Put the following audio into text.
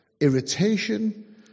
irritation